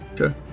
Okay